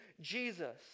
Jesus